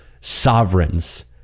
sovereigns